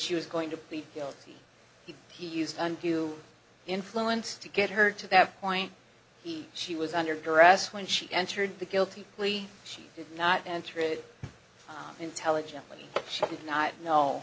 she was going to plead guilty he he used undue influence to get her to that point he she was under duress when she entered the guilty plea she did not enter it intelligently shop and not know